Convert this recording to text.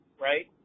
right